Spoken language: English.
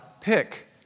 pick